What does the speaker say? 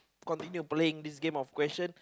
continue playing this game of question